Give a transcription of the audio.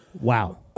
Wow